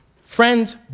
Friends